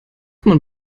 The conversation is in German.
man